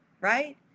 right